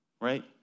right